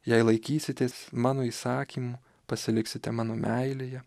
jei laikysitės mano įsakymų pasiliksite mano meilėje